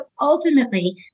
ultimately